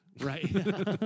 Right